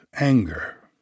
anger